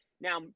Now